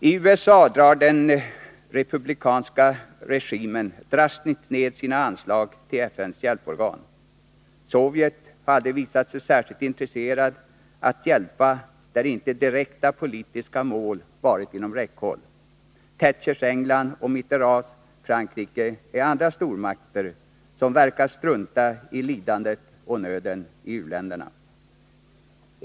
IT USA drar den republikanska regimen drastiskt ned sina anslag till FN:s hjälporgan. Sovjet har aldrig visat sig särskilt intresserat att hjälpa där inte direkta politiska mål varit inom räckhåll; Thatchers England och Mitterrands Frankrike är andra stormakter som verkar strunta i lidandet och nöden i u-länderna.